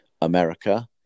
America